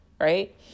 right